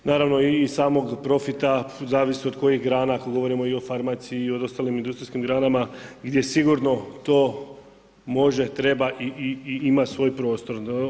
Naravno i samog profita, zavisi od kojih grana, ako govorimo i o farmaciji, i o ostalim industrijskim granama, gdje sigurno to može, treba i ima svoj prostor.